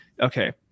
okay